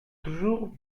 toujours